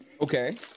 okay